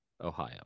Ohio